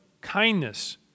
kindness